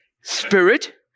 spirit